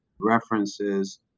references